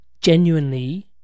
genuinely